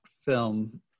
film